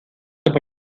esto